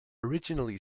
originally